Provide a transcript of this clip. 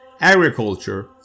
agriculture